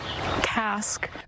task